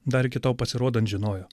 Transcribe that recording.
dar iki tol pasirodant žinojo